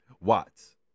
Watts